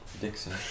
Dixon